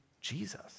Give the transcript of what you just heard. Jesus